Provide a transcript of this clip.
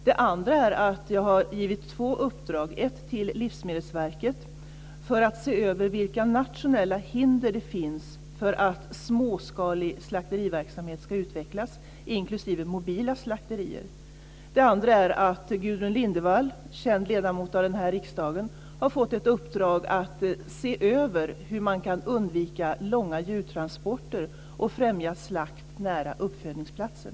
Det andra exemplet är att jag har givit två uppdrag. Ett uppdrag är till Livsmedelsverket för att se över vilka nationella hinder det finns för att småskalig slakteriverksamhet ska utvecklas inklusive mobila slakterier. Det andra är att Gudrun Lindvall, känd ledamot i riksdagen, har fått ett uppdrag att se över hur man kan undvika långa djurtransporter och främja slakt nära uppfödningsplatsen.